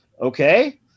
okay